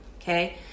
okay